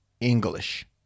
English